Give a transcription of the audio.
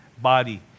body